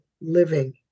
living